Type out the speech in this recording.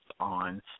on